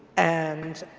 and